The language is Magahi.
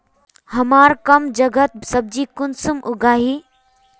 हमार कम जगहत सब्जी कुंसम उगाही?